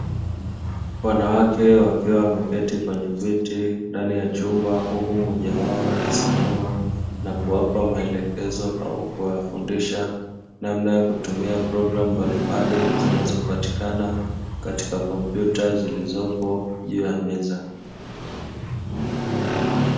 Wanawake wakiwa wameketi kwenye viti ndani ya chumba, huku mmoja wao akisimama na kuwapa maelekezo au kuwafundisha namna ya kutumia programu mbalimbali, zinazopatikana katika kompyuta zilizopo juu ya meza.